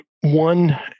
one